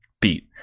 beat